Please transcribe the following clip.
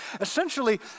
essentially